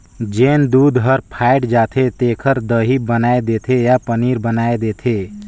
जेन दूद हर फ़ायट जाथे तेखर दही बनाय देथे या पनीर बनाय देथे